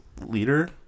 leader